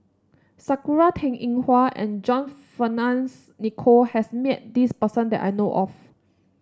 Sakura Teng Ying Hua and John Fearns Nicoll has met this person that I know of